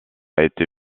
été